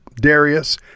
Darius